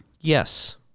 Yes